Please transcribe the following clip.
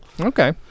Okay